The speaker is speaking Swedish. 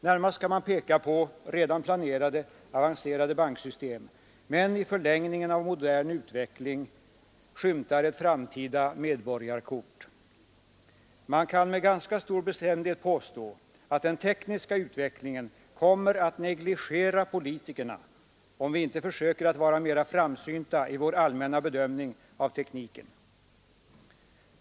Närmast kan man peka på redan planerade avancerade banksystem, men i förlängningen av modern utveckling skymtar ett framtida medborgarkort. Man kan med ganska stor bestämdhet påstå att den tekniska utvecklingen kommer att negligera politikerna, om vi inte försöker att vara mera framsynta i vår allmänna bedömning av tekniken.